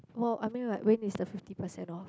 w~ I mean like when is the fifty percent off